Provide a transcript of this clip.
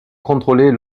contrôlés